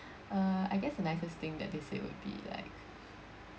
uh I guess the nicest thing that they said would be like